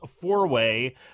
four-way